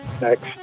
next